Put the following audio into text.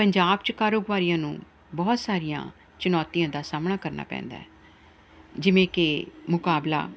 ਪੰਜਾਬ 'ਚ ਕਾਰੋਬਾਰੀਆਂ ਨੂੰ ਬਹੁਤ ਸਾਰੀਆਂ ਚੁਣੌਤੀਆਂ ਦਾ ਸਾਹਮਣਾ ਕਰਨਾ ਪੈਂਦਾ ਹੈ ਜਿਵੇਂ ਕਿ ਮੁਕਾਬਲਾ